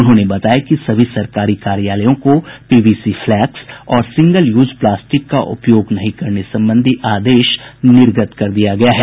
उन्होंने बताया कि सभी सरकारी कार्यालयों को पीवीसी फ्लैक्स और सिंगल यूज प्लास्टिक का उपयोग नहीं करने संबंधी आदेश निर्गत कर दिया गया है